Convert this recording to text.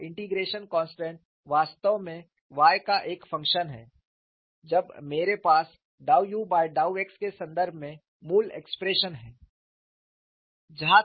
वह integration constant वास्तव में y का एक फंक्शन है जब मेरे पास डाउ u बाय डाउ x के संदर्भ में मूल एक्सप्रेशन है